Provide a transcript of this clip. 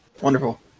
wonderful